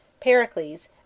Pericles